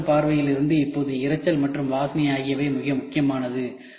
சுற்றுச்சூழல் பார்வையில் இருந்து இப்போது இரைச்சல் மற்றும் வாசனை ஆகியவை மிக முக்கியமானது